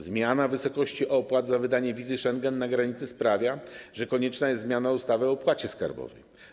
Zmiana wysokości opłat za wydanie wizy Schengen na granicy sprawia, że konieczna jest zmiana ustawy o opłacie skarbowej.